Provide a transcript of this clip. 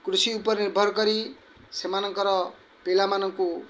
କୃଷି ଉପରେ ନିର୍ଭର କରି ସେମାନଙ୍କର ପିଲାମାନଙ୍କୁ